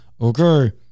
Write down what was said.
okay